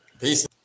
Peace